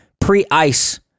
pre-ice